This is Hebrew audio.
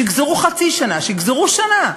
שיגזרו חצי שנה, שיגזרו שנה,